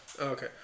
Okay